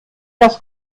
das